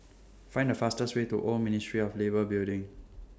Find The fastest Way to Old Ministry of Labour Building